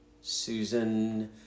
Susan